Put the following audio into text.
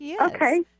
Okay